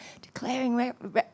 declaring